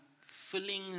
filling